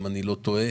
אם אני לא טועה,